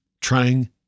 trying